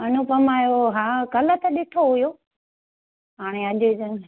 अनुपमा जो हा कल्ह त ॾिठो इहो हाणे अॼु ॼण